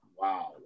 wow